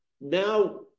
now